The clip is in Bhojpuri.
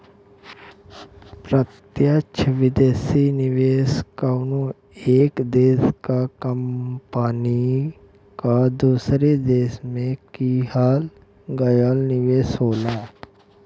प्रत्यक्ष विदेशी निवेश कउनो एक देश क कंपनी क दूसरे देश में किहल गयल निवेश होला